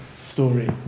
story